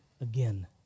again